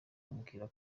ambwira